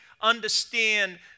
understand